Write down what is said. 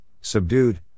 subdued